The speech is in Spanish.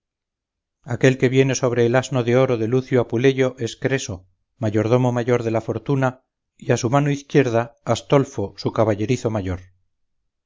aquel que viene sobre el asno de oro de lucio apuleyo es creso mayordomo mayor de la fortuna y a su mano izquierda astolfo su caballerizo mayor